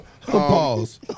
Pause